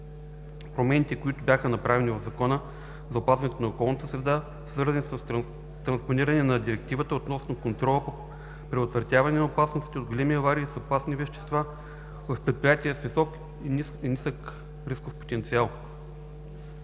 промените, които бяха направени в Закона за опазване на околната среда, свързани с транспониране на директивата относно контрола по предотвратяване на опасностите от големи аварии с опасни вещества в предприятия с висок и нисък рисков потенциал.